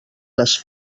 les